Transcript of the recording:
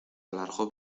alargó